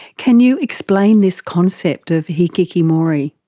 can you explain this concept of hikikomori?